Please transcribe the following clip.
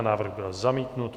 Návrh byl zamítnut.